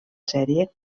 sèrie